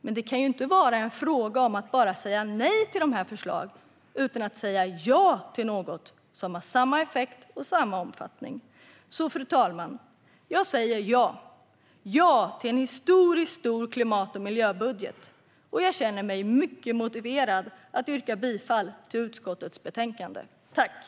Men det kan ju inte vara en fråga om att bara säga nej till dessa förslag utan att samtidigt säga ja till något som har samma effekt och samma omfattning. Fru talman! Jag säger ja till en historiskt stor klimat och miljöbudget, och jag känner mig mycket motiverad att yrka bifall till utskottets förslag i betänkandet.